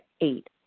Eight